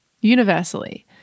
universally